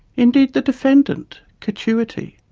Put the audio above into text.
indeed the defendant, catuity,